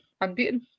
unbeaten